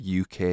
UK